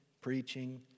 preaching